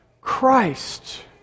Christ